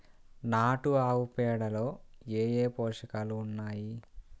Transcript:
నాటు ఆవుపేడలో ఏ ఏ పోషకాలు ఉన్నాయి?